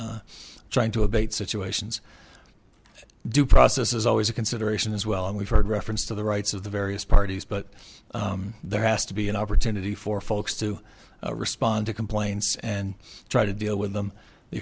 trying to abate situations due process is always a consideration as well and we've heard reference to the rights of the various parties but there has to be an opportunity for folks to respond to complaints and try to deal with them the